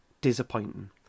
Disappointing